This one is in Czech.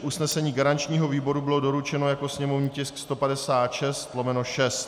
Usnesení garančního výboru bylo doručeno jako sněmovní tisk 156/6.